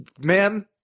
man